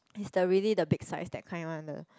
he's the really the big size that kind one the